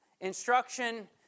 instruction